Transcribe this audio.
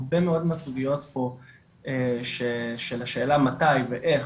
הרבה מהסוגיות פה של השאלה מתי ואיך